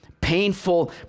painful